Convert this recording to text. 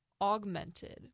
augmented